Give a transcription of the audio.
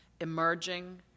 emerging